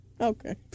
Okay